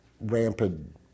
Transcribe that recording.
rampant